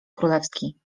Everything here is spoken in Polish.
królewski